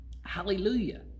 Hallelujah